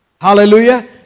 Hallelujah